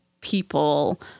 people